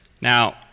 Now